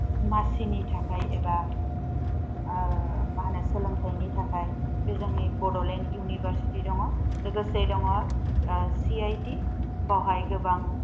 मासिनि थाखाय एबा मा होनो सोलोंथाइनि थाखाय बे जोंंनि बडलेण्ड इउनिभार्सिति दङ लोगोसे दङ सि आइ ति बेवहाय गोबां